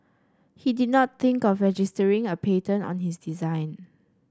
he did not think of registering a patent on his design